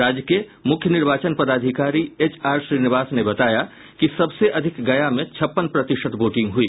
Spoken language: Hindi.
राज्य के मुख्य निर्वाचन पदाधिकारी एच आर श्रीनिवास ने बताया कि सबसे अधिक गया में छप्पन प्रतिशत वोटिंग हुई